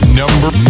number